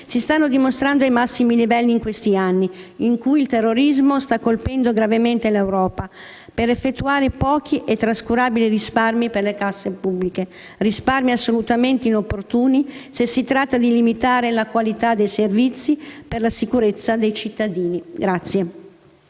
si stanno dimostrando ai massimi livelli in questi anni in cui il terrorismo sta colpendo gravemente l'Europa, per effettuare pochi e trascurabili risparmi per le casse pubbliche, assolutamente inopportuni se si tratta di limitare la qualità dei servizi per la sicurezza dei cittadini.